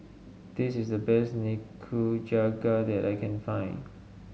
this is the best Nikujaga that I can find